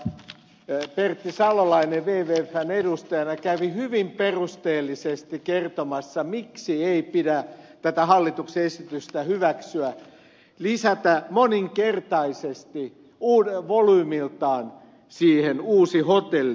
ulkoasiainvaliokunnan puheenjohtaja pertti salolainen wwfn edustajana kävi hyvin perusteellisesti kertomassa miksi ei pidä tätä hallituksen esitystä hyväksyä lisätä siihen volyymiltaan moninkertainen uusi hotelli